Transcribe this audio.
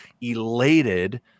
elated